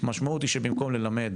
המשמעות היא שבמקום ללמד